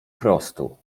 prostu